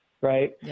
right